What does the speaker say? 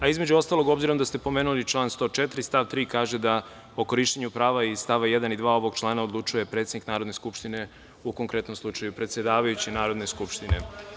Između ostalog, obzirom da ste pomenuli član 104. stav 3. kaže da o korišćenju prava iz stava 1. i 2. ovog člana odlučuje predsednik Narodne skupštine, u konkretnom slučaju predsedavajući Narodne skupštine.